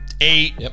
Eight